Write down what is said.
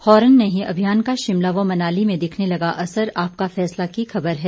horn नहीं अभियान का शिमला व मनाली में दिखने लगा असर आपका फैसला की ख़बर है